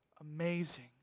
amazing